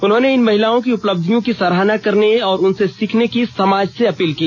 उन्होंने इन महिलाओं की उपलब्धियों की सराहना करने और उनसे सीखने की समाज से अपील की